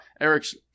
Eric's